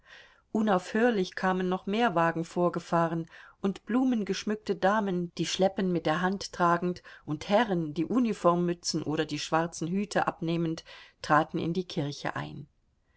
unaufhörlich kamen noch mehr wagen vorgefahren und blumengeschmückte damen die schleppen mit der hand tragend und herren die uniformmützen oder die schwarzen hüte abnehmend traten in die kirche ein